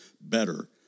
better